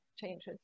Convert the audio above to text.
changes